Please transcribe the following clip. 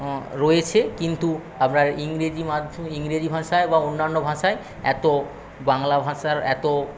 রয়েছে কিন্তু আবার ইংরেজি মাধ্যমে ইংরেজি ভাষায় বা অন্যান্য ভাষায় এত বাংলা ভাঁষার এত